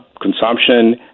consumption